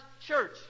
church